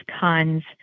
cons